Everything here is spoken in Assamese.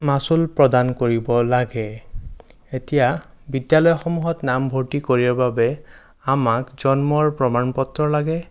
মাচুল প্ৰদান কৰিব লাগে এতিয়া বিদ্যালয়সমূহত নামভৰ্তি কৰিবৰ বাবে আমাক জন্মৰ প্ৰমাণ পত্ৰ লাগে